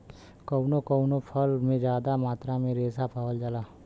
कउनो कउनो फल में जादा मात्रा में रेसा पावल जाला